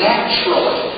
naturally